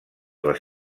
les